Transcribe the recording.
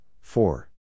four